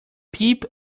peep